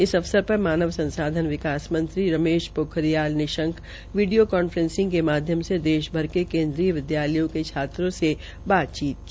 इस अवसर र मानव संसाधन विकास मंत्री रमेश ोखरियाल निशंक वीडियों कांफ्रेसिंग का माध्यम से देभी के केन्द्रीय विदयालयों के छात्रों से बातचीत की